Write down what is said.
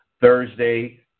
Thursday